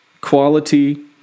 quality